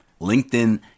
LinkedIn